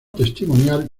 testimonial